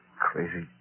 Crazy